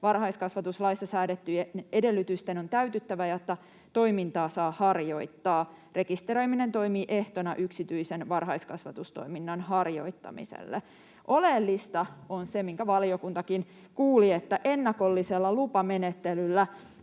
varhaiskasvatuslaissa säädettyjen edellytysten on täytyttävä, jotta toimintaa saa harjoittaa, ja rekisteröiminen toimii ehtona yksityisen varhaiskasvatustoiminnan harjoittamiselle. Oleellista on se, minkä valiokuntakin kuuli, että ennakollisella lupamenettelyllä,